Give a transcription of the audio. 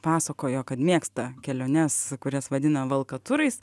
pasakojo kad mėgsta keliones kurias vadina valkaturais